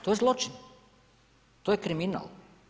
To je zločin, to je kriminal.